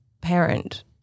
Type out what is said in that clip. parent